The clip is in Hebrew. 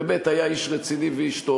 באמת היה איש רציני ואיש טוב.